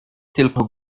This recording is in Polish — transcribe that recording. tylko